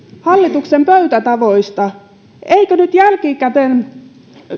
hallituksen pöytätavoista eikö nyt jälkikäteen